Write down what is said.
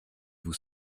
vous